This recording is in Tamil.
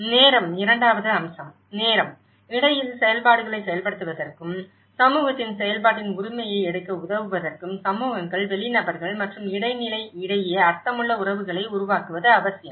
நேரம் இரண்டாவது அம்சம் நேரம் இடையில் செயல்பாடுகளைச் செயல்படுத்துவதற்கும் சமூகத்தின் செயல்பாட்டின் உரிமையை எடுக்க உதவுவதற்கும் சமூகங்கள் வெளி நபர்கள் மற்றும் இடைநிலை இடையே அர்த்தமுள்ள உறவுகளை உருவாக்குவது அவசியம்